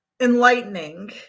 enlightening